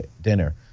dinner